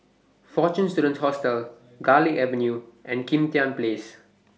Fortune Students Hostel Garlick Avenue and Kim Tian Place